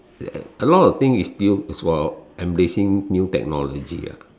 a lot of thing is still is for embracing new technology ah